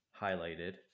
highlighted